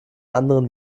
anderen